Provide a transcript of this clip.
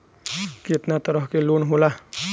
केतना तरह के लोन होला?